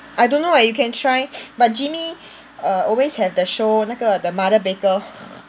I don't know eh you can try but Gimy err always have the show 那个 The Mother Baker